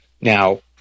now